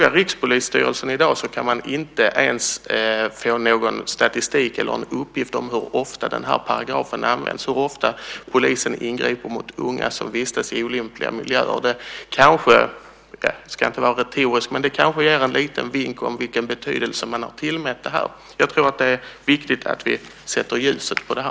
Rikspolisstyrelsen kan i dag inte ge statistik eller uppgifter om hur ofta den paragrafen används, hur ofta polisen ingriper mot unga som vistas i olämpliga miljöer. Jag ska inte vara retorisk, men det kanske ger en liten vink om vilken betydelse man har tillmätt detta. Det är viktigt att vi sätter ljuset på detta.